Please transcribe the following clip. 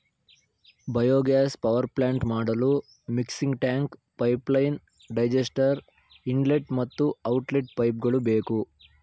biogas power plant ಮಾಡಲು mixing tank, pipeline, digester, inlet ಮತ್ತು outlet ಪೈಪ್ಗಳು ಬೇಕು